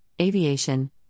aviation